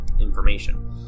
information